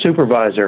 supervisor